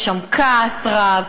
יש שם כעס רב,